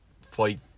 fight